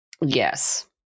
Yes